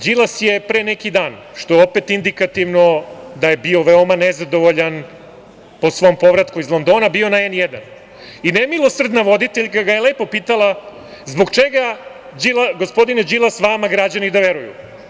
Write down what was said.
Đilas je pre neki dan, što je opet indikativno da je bio vrlo nezadovoljan po svom povratku iz Londona, bio na N1 i nemilosrdna voditeljka ga je lepo pitala – zbog čega, gospodine Đilas, vama građani da veruju?